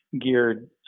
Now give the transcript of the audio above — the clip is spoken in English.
geared